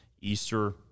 Easter